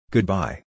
Goodbye